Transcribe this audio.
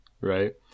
right